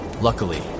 Luckily